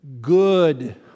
good